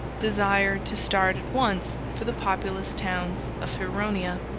desired to start at once for the populous towns of huronia.